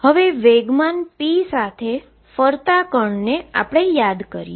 હવે momentum p સાથે ફરતા પાર્ટીકલ ને આપણે યાદ કરીએ